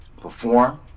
perform